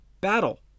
battle